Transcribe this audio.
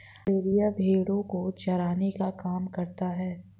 गड़ेरिया भेड़ो को चराने का काम करता है